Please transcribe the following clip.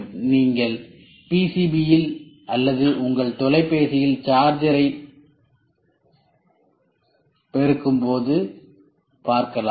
இதை நீங்கள் PCB இல் அல்லது உங்கள் தொலைபேசியில் சார்ஜரை பெருகும் போது பார்க்கலாம்